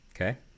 Okay